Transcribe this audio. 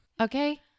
Okay